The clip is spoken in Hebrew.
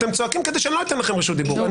אתם צועקים כדי שאני לא אתן לכם רשות דיבור.